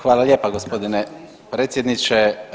Hvala lijepa g. predsjedniče.